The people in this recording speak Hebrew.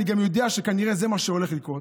אני גם יודע שכנראה זה מה שהולך לקרות,